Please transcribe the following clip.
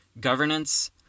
governance